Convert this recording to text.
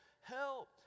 help